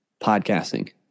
podcasting